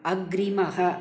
अग्रिमः